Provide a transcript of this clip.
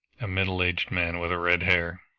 a middle-aged man with red hair!